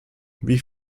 wie